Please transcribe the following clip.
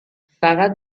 فقط